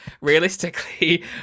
realistically